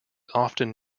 often